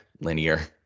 linear